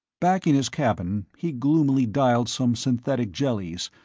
back in his cabin, he gloomily dialed some synthetic jellies,